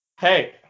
Hey